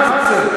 מה זה?